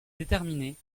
déterminée